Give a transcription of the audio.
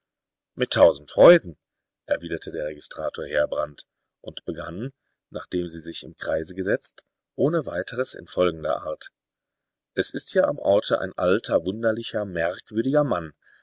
mit tausend freuden erwiderte der registrator heerbrand und begann nachdem sie sich im kreise gesetzt ohne weiteres in folgender art es ist hier am orte ein alter wunderlicher merkwürdiger mann